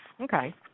Okay